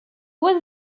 was